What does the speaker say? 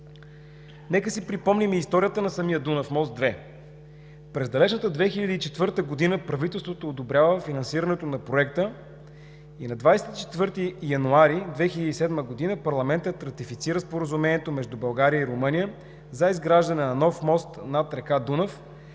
Нека си припомним и историята на самия „Дунав мост 2“. През далечната 2004 г. правителството одобрява финансирането на проекта и на 24 януари 2007 г. парламентът ратифицира Споразумението между България и Румъния за изграждане на нов мост над река Дунав,